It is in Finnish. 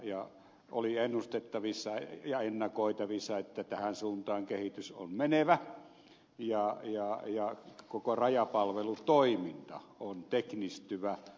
ja oli ennustettavissa ja ennakoitavissa että tähän suuntaan kehitys on menevä ja koko rajapalvelutoiminta on teknistyvä